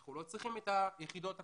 אנחנו לא צריכים את היחידות הכשרות,